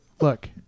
Look